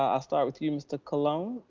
um i'll start with you, mr. colon.